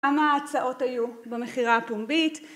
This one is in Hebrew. כמה ההצעות היו במכירה הפומבית?